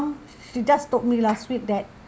mum she just told me last week that